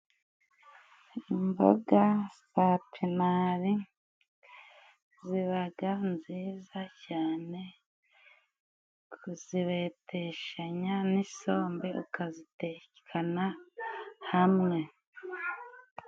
Imboga za pinari zibaga nziza cyane kuzibeteshanya n'isombe ukazitekana hamwe.